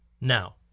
Now